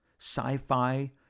sci-fi